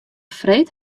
freed